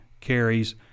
carries